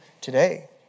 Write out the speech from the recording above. today